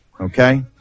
okay